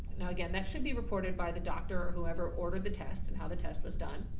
now, again that should be reported by the doctor or whoever ordered the test and how the test was done.